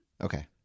Okay